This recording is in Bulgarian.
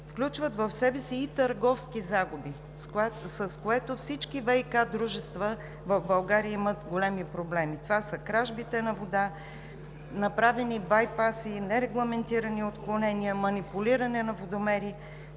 включват в себе си и търговски загуби, с което всички ВиК дружества в България имат големи проблеми – това са кражбите на вода, направените байпаси, нерегламентираните отклонения, манипулирането на водомери